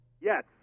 Yes